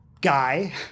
guy